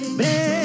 break